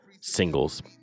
singles